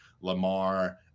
Lamar